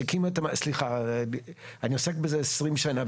סליחה אני עוסק בזה עשרים שנה,